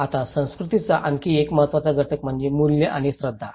आता संस्कृतीचा आणखी एक महत्त्वाचा घटक म्हणजे मूल्ये आणि श्रद्धा